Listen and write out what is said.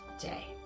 day